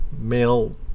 male